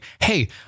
Hey